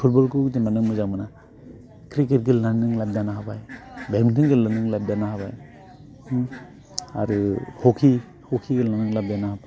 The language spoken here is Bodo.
फुटबलखौ जेनेबा नों मोजां मोना क्रिकेट गेलेनानै नों लाइफ दानो हाबाय बेडमिन्टन गेलेनानै नों लाइफ दानो हाबाय आरो हकि हकि गेलेनानै नों लाइफ दानो हाबाय